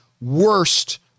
worst